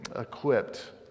equipped